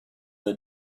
the